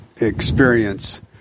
experience